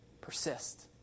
Persist